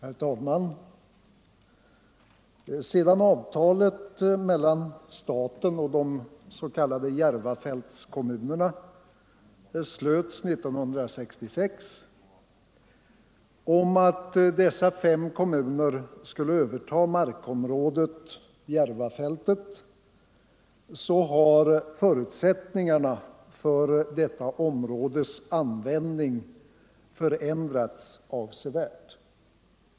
Herr talman! Sedan avtalet mellan staten och de s.k. Järvafältskommunerna slöts 1966 om att dessa fem kommuner skulle överta markområdet Järvafältet har förutsättningarna för detta områdes användning avsevärt förändrats.